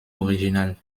originale